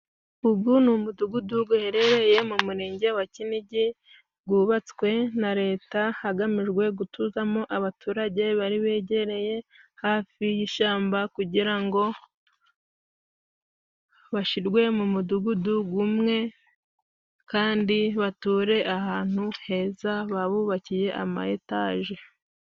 Ugu ni umudugudu guherereye Murenge wa Kinigi, gwubatswe na Leta hagamijwe gutuzamo abaturage bari begereye hafi y'ishamba, kugira ngo bashirwe mu mudugudu gumwe, kandi bature ahantu heza babubakiye ama etaje.